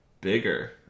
bigger